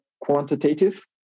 quantitative